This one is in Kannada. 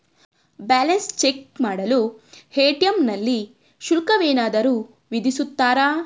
ಬ್ಯಾಲೆನ್ಸ್ ಚೆಕ್ ಮಾಡಲು ಎ.ಟಿ.ಎಂ ನಲ್ಲಿ ಶುಲ್ಕವೇನಾದರೂ ವಿಧಿಸುತ್ತಾರಾ?